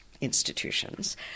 institutions